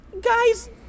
guys